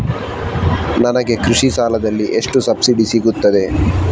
ನನಗೆ ಕೃಷಿ ಸಾಲದಲ್ಲಿ ಎಷ್ಟು ಸಬ್ಸಿಡಿ ಸೀಗುತ್ತದೆ?